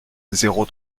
zéro